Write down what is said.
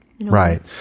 Right